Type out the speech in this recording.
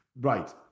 Right